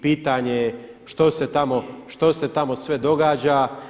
Pitanje je što se tamo sve događa.